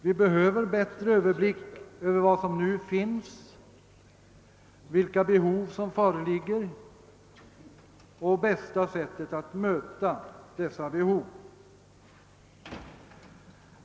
Vi behöver bättre överblick över vad som nu finns, vilka behov som föreligger och bästa sättet att möta dessa behov.